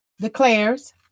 declares